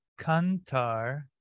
kantar